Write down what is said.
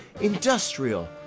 industrial